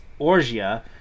orgia